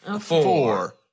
four